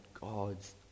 God's